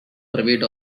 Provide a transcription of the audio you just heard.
private